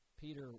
Peter